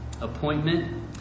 appointment